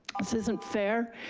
this isn't fair,